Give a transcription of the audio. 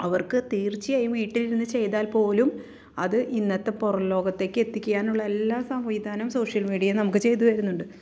അവർക്ക് തീർച്ചയായും വീട്ടിലിരുന്ന് ചെയ്താൽപോലും അത് ഇന്നത്തെ പുറംലോകത്തേക്ക് എത്തിക്കാനുള്ള എല്ലാ സംവിധാനവും സോഷ്യൽ മീഡിയ നമുക്ക് ചെയ്ത് തരുന്നുണ്ട്